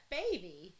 baby